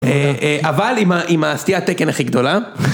אבל עם הסטיית תקן הכי גדולה